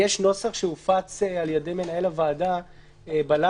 יש נוסח שהופץ על ידי מנהל הוועדה בלילה,